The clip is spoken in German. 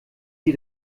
sie